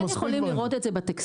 אנחנו כן יכולים לראות את זה בטקסטיל,